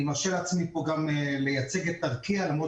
אני מרשה לעצמי לייצג פה גם את ארקיע למרות